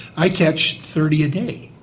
i catch thirty a day.